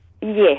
Yes